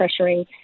pressuring